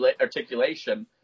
articulation